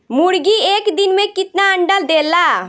मुर्गी एक दिन मे कितना अंडा देला?